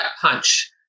punch